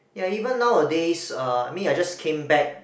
ya even nowadays uh me I just came back